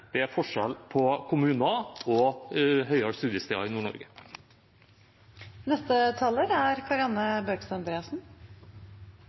det er forskjell på kommuner og høyere studiesteder i Nord-Norge. Jeg vil også si at jeg er